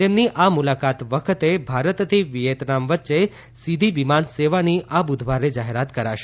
તેમની આ મુલાકાત વખતે ભારતથી વિયેતનામ વચ્ચે સીધી વિમાનસેવાની આ બુધવારે જાહેરાત કરાશે